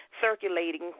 circulating